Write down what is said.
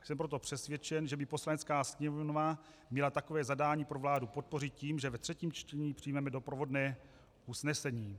Jsem proto přesvědčen, že by Poslanecká sněmovna měla takové zadání pro vládu podpořit tím, že ve třetím čtení přijmeme doprovodné usnesení.